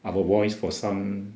our voice for some